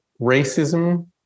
racism